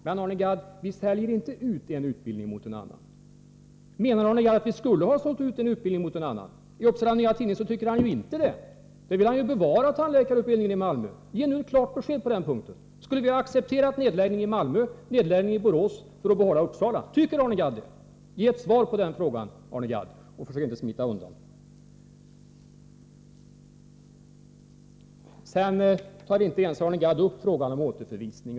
Men, Arne Gadd, vi säljer inte ut en utbildning mot en annan. Menar Arne Gadd att vi skulle ha gjort det? Enligt Upsala Nya Tidning tycker han inte det. Där sägs att han vill bevara tandläkarutbildningen i Malmö. Ge nu ett klart besked på den punkten! Skulle vi ha accepterat nedläggning i Malmö och Borås för att få behålla utbildningen i Uppsala? Menar Arne Gadd det? Ge oss ett svar på den frågan! Försök inte att smita undan! Arne Gadd tar inte ens upp frågan om återförvisning.